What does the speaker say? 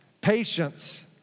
patience